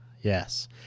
Yes